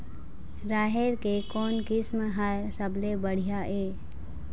राहेर के कोन किस्म हर सबले बढ़िया ये?